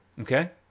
okay